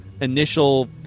initial